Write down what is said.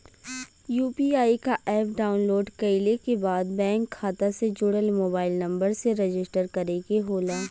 UPI क app download कइले के बाद बैंक खाता से जुड़ल मोबाइल नंबर से रजिस्टर करे के होला